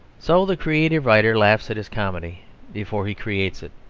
so the creative writer laughs at his comedy before he creates it,